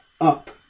up